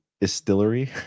distillery